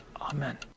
Amen